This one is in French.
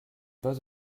pas